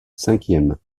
cinquième